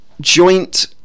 joint